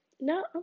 no